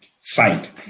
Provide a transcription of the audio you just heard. site